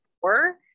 four